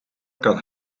kan